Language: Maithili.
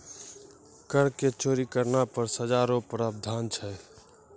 कर के चोरी करना पर सजा रो प्रावधान छै